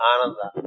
Ananda